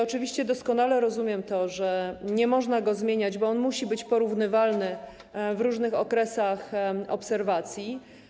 Oczywiście doskonale rozumiem to, że nie można go zmieniać, bo on musi być porównywalny w różnych okresach obserwacji.